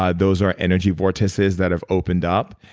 ah those are energy vortices that have opened up.